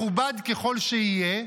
מכובד ככל שיהיה,